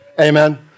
Amen